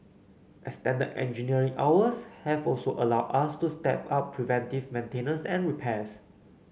extended engineering hours have also allowed us to step up preventive maintenance and repairs